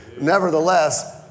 Nevertheless